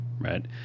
Right